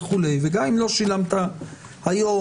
וגם אם לא שילמת היום,